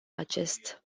acest